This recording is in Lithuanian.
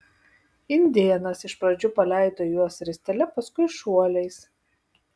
indėnas iš pradžių paleido juos ristele paskui šuoliais